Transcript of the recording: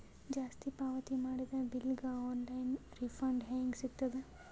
ಜಾಸ್ತಿ ಪಾವತಿ ಮಾಡಿದ ಬಿಲ್ ಗ ಆನ್ ಲೈನ್ ರಿಫಂಡ ಹೇಂಗ ಸಿಗತದ?